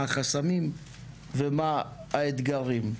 מה החסמים ומה האתגרים.